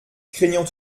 craignant